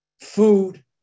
food